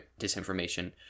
disinformation